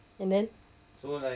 and then